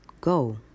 go